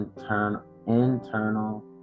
internal